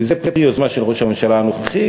וזה פרי יוזמה של ראש הממשלה הנוכחי,